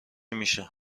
میشه